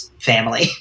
family